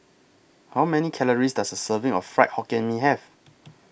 How Many Calories Does A Serving of Fried Hokkien Mee Have